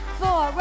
four